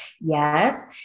Yes